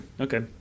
Okay